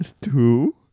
Two